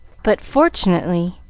but, fortunately,